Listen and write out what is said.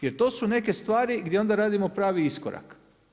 Jer to su neke stvari gdje onda radimo pravi iskorak.